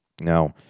Now